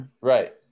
Right